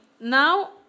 now